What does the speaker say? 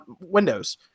Windows